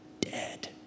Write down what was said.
dead